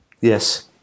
Yes